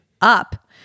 up